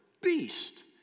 beast